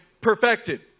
perfected